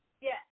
Yes